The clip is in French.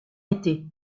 été